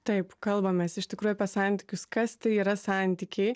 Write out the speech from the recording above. taip kalbamės iš tikrųjų apie santykius kas tai yra santykiai